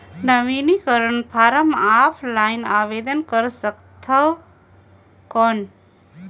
नवीनीकरण form offline आवेदन कर सकत हो कौन?